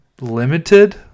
limited